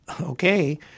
okay